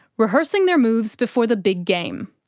rehearsing their moves before the big game.